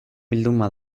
bilduma